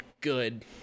good